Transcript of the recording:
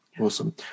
awesome